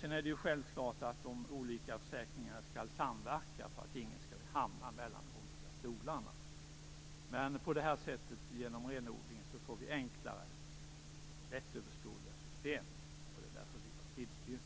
Sedan är det ju självklart att de olika försäkringarna skall samverka, så att ingen hamnar mellan stolarna. Genom en renodling får vi enklare och lättöverskådliga system. Därför har vi tillstyrkt